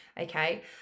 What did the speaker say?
Okay